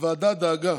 הוועדה דאגה